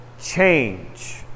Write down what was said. change